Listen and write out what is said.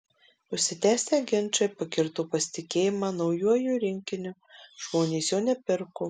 užsitęsę ginčai pakirto pasitikėjimą naujuoju rinkiniu žmonės jo nepirko